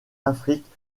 afrique